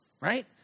Right